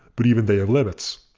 but even they have limits,